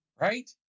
right